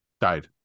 Died